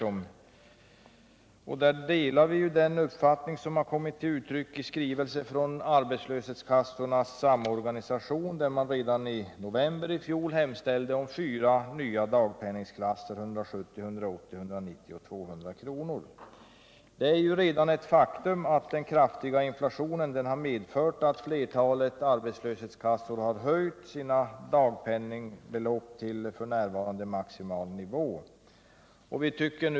Vi delar den uppfattning som har kommit till uttryck i skrivelse från arbetslöshetskassornas samorganisation, där man redan i november i fjol hemställde om fyra nya dagpenningklasser— 170, 180, 190 och 200 kr. Den kraftiga inflationen har medfört att flertalet arbetslöshetskassor har höjt sina dagpenningbelopp till f.n. maximal nivå.